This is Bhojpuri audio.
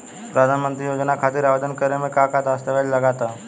प्रधानमंत्री योजना खातिर आवेदन करे मे का का दस्तावेजऽ लगा ता?